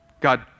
God